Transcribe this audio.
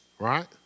Right